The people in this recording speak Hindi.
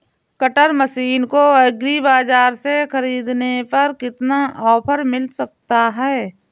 कटर मशीन को एग्री बाजार से ख़रीदने पर कितना ऑफर मिल सकता है?